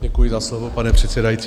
Děkuji za slovo, pane předsedající.